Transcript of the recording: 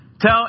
Tell